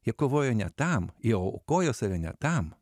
jie kovojo ne tam jie aukojo save ne tam